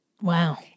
Wow